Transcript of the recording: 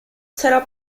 sarà